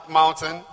mountain